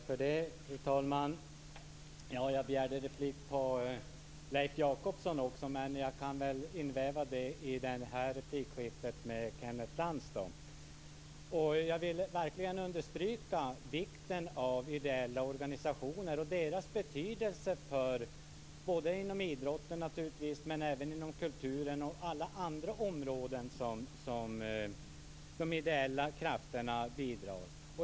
Fru talman! Jag begärde replik på Leif Jakobsson också, men jag kan väl väva in det i det här replikskiftet med Kenneth Lantz. Jag vill verkligen understryka vikten av ideella organisationer och deras betydelse inom idrotten och även inom kulturen och på alla andra områden där de ideella krafterna bidrar.